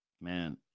man